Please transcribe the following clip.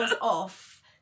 off